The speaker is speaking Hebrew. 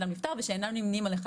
שהילד שלהם נפטר ושאינם נמנים על אחד